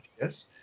yes